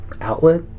outlet